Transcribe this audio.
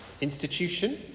Institution